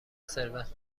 ثروت